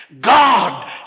God